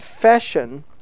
confession